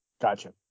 Gotcha